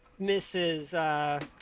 Mrs